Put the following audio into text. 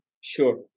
Sure